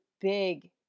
big